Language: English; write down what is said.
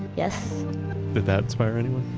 yes did that inspire anyone?